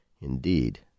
Indeed